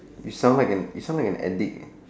you sound like you sound like an addict